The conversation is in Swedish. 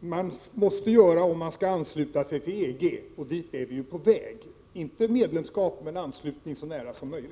man måste göra om man skall ansluta sig till EG. Dit är vi ju på väg — inte genom medlemskap men med en anslutning så nära som möjligt.